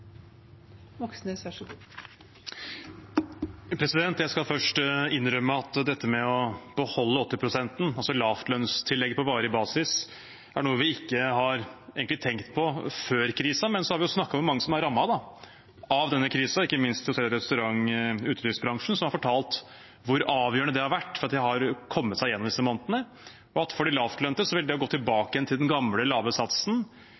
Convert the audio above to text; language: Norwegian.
noe vi egentlig ikke har tenkt på før krisen, men så har vi snakket med mange som er rammet av denne krisen, ikke minst hotell-, restaurant- og utelivsbransjen, som har fortalt hvor avgjørende det har vært for at de har kommet seg gjennom disse månedene. For de lavtlønte vil det å gå tilbake til den gamle, lave satsen